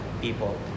people